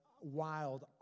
wild